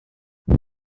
may